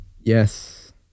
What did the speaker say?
yes